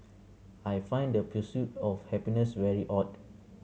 I find the pursuit of happiness very odd